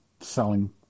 selling